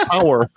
Power